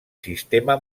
sistema